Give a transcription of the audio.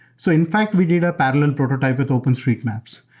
so in fact, we did a parallel prototype with openstreetmaps.